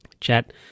chat